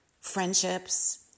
friendships